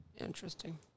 Interesting